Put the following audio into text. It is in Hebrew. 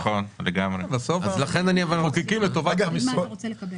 אנחנו מחוקקים לטובת עם ישראל.